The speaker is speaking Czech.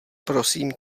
prosím